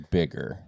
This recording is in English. bigger